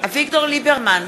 אביגדור ליברמן,